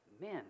men